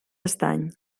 estany